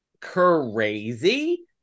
crazy